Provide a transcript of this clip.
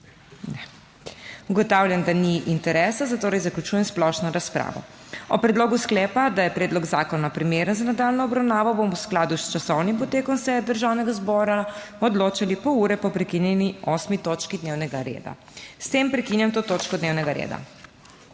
Ne. Ugotavljam, da ni interesa, zatorej zaključujem splošno razpravo. O predlogu sklepa, da je predlog zakona primeren za nadaljnjo obravnavo bomo v skladu s časovnim potekom seje Državnega zbora odločali pol ure po prekinjeni 8. točki dnevnega reda. S tem prekinjam to točko dnevnega reda.